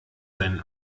seinen